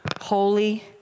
holy